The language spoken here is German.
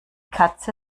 katze